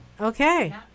Okay